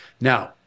Now